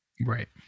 right